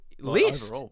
List